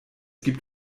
gibt